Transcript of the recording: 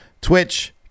Twitch